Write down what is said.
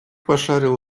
пошарил